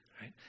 right